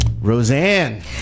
Roseanne